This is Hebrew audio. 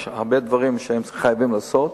יש הרבה דברים שחייבים לעשות,